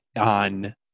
on